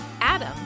Adam